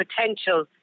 potential